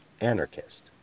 anarchist